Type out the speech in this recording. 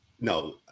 No